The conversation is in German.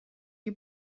die